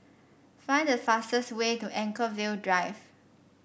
find the fastest way to Anchorvale Drive